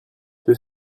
peu